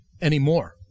anymore